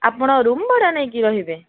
ଆପଣ ରୁମ ଭଡ଼ା ନେଇକି ରହିବେ